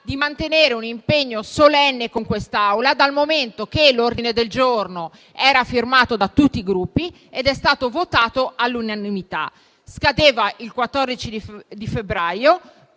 di mantenere un impegno solenne con quest'Assemblea, dal momento che l'ordine del giorno era firmato da tutti i Gruppi ed è stato votato all'unanimità. Il termine scadeva il 14 febbraio,